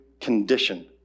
condition